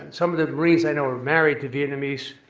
some of the marines i know are married to vietnamese,